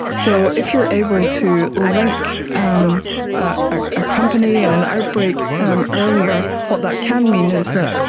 so if you're able to link um ah ah a company and an outbreak um earlier, what that can mean is that,